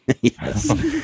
Yes